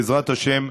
בעזרת השם,